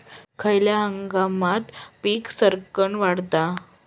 खयल्या हंगामात पीका सरक्कान वाढतत?